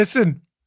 Listen